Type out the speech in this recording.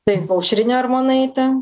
taip aušrinę armonaitę